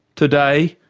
today,